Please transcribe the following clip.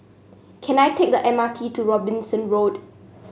can I take the M R T to Robinson Road